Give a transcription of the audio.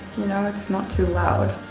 you know, it's not too loud.